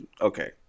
okay